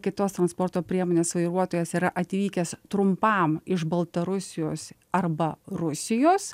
kitos transporto priemonės vairuotojas yra atvykęs trumpam iš baltarusijos arba rusijos